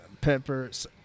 Peppers